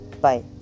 bye